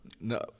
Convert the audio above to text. No